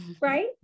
right